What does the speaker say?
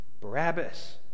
Barabbas